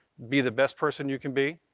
be the best person you can be.